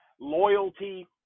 loyalty